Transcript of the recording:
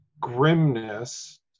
grimness